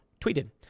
tweeted